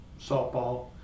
softball